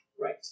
Right